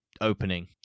opening